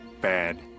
Bad